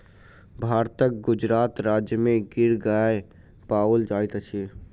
भारतक गुजरात राज्य में गिर गाय पाओल जाइत अछि